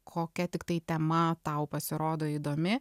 kokia tiktai tema tau pasirodo įdomi